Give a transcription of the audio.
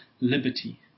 liberty